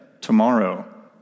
tomorrow